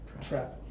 trap